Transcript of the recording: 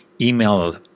Email